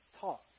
talk